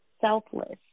selfless